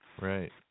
Right